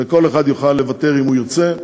וכל אחד יוכל לוותר אם הוא ירצה,